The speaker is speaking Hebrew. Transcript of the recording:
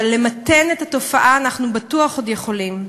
אבל למתן את התופעה אנחנו בטוח עוד יכולים.